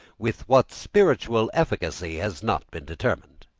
with what spiritual efficacy has not been determined.